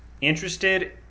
interested